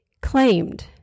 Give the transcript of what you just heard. claimed